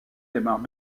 démarre